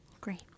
Great